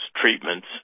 treatments